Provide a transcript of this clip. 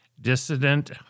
Dissident